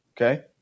Okay